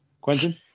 Quentin